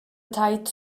tight